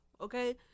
okay